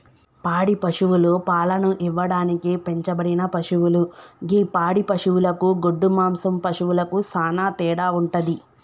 పాడి పశువులు పాలను ఇవ్వడానికి పెంచబడిన పశువులు గి పాడి పశువులకు గొడ్డు మాంసం పశువులకు సానా తేడా వుంటది